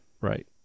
right